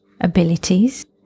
abilities